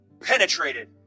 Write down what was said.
penetrated